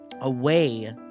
away